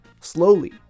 Slowly